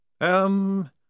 Um